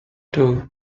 two